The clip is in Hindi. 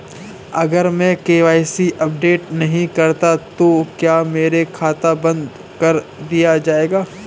अगर मैं के.वाई.सी अपडेट नहीं करता तो क्या मेरा खाता बंद कर दिया जाएगा?